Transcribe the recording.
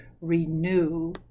renew